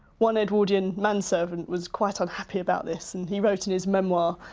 one edwardian man servant was quite unhappy about this, and he wrote in his memoir,